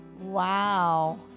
Wow